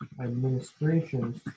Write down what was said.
Administrations